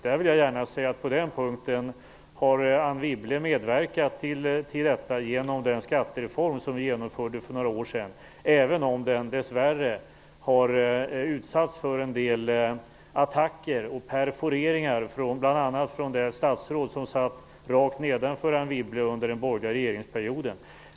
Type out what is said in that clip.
Jag vill gärna säga att Anne Wibble har medverkat till detta genom den skattereform som vi genomförde för några år sedan, även om den dessvärre har utsatts för en del attacker och perforeringar bl.a. från det statsråd som satt rakt under Anne Wibble under den borgerliga regeringsperioden.